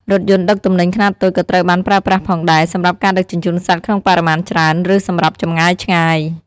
រថយន្តដឹកទំនិញខ្នាតតូចក៏ត្រូវបានប្រើប្រាស់ផងដែរ សម្រាប់ការដឹកជញ្ជូនសត្វក្នុងបរិមាណច្រើន ឬសម្រាប់ចម្ងាយឆ្ងាយ។